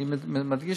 אני מדגיש.